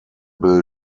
bill